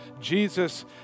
Jesus